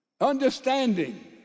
understanding